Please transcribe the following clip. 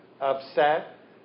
upset